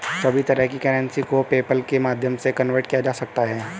सभी तरह की करेंसी को पेपल्के माध्यम से कन्वर्ट किया जा सकता है